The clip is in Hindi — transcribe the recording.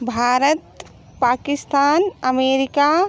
भारत पाकिस्तान अमेरिका